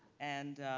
and